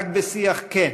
רק בשיח כן,